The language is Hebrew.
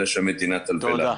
אלא שהמדינה תלווה לנו.